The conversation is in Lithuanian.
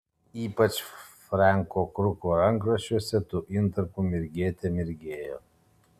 ypač franko kruko rankraščiuose tų intarpų mirgėte mirgėjo